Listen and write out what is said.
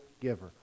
giver